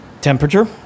temperature